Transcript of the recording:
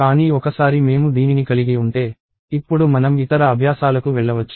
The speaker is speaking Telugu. కానీ ఒకసారి మేము దీనిని కలిగి ఉంటే ఇప్పుడు మనం ఇతర అభ్యాసాలకు వెళ్లవచ్చు